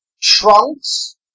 trunks